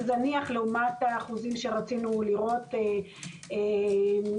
זניח לעומת האחוזים שרצינו לראות מבחינת האחוזים